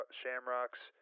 shamrocks